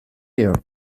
year